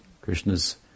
Krishna's